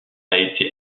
été